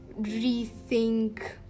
rethink